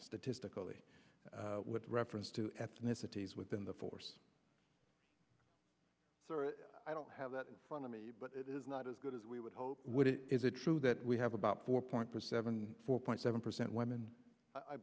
statistically with reference to ethnicities within the force so i don't have that in front of me but it is not as good as we would hope would it is it true that we have about four point three seven four point seven percent women i